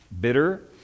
bitter